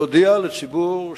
להודיע לציבור שולחיו: